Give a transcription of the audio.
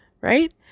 Right